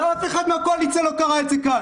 ואף אחד מהקואליציה לא קרא את זה כאן